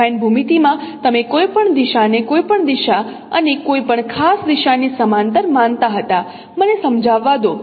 affine ભૂમિતિમાં તમે કોઈપણ દિશાને કોઈ પણ દિશા અને કોઈપણ ખાસ દિશાની સમાંતર માનતા હતા મને સમજાવવા દો